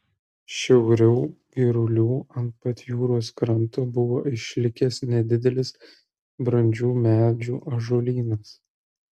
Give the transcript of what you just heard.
šiauriau girulių ant pat jūros kranto buvo išlikęs nedidelis brandžių medžių ąžuolynas